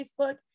Facebook